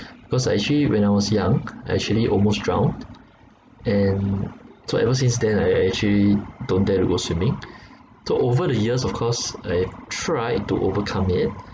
because I actually when I was young I actually almost drowned and so ever since then I I actually don't dare to go swimming so over the years of course I tried to overcome it